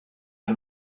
and